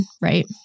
right